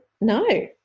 No